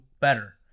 better